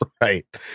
right